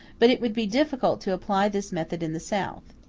but it would be difficult to apply this method in the south.